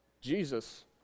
Jesus